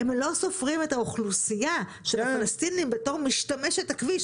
הם לא סופרים את האוכלוסייה של הפלסטינים בתור משתמשת הכביש,